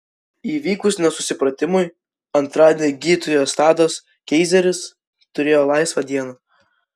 įvykus nesusipratimui antradienį gydytojas tadas keizeris turėjo laisvą dieną